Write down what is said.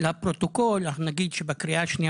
לפרוטוקול אנחנו נגיד שבקריאה השנייה